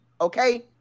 okay